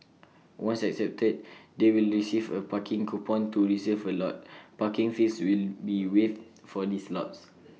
once accepted they will receive A parking coupon to reserve A lot parking fees will be waived for these lots